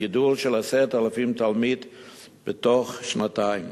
גידול של 10,000 תלמידים בתוך שנתיים.